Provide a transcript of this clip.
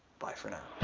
bye for now.